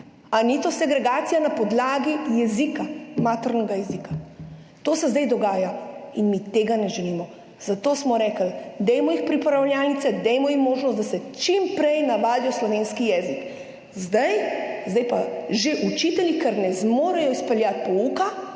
Ali ni to segregacija na podlagi jezika, maternega jezika? To se zdaj dogaja in mi tega ne želimo. Zato smo rekli, dajmo jih v pripravljalnice, dajmo jim možnost, da se čim prej naučijo slovenski jezik. Zdaj pa že učitelji, ker ne zmorejo izpeljati pouka,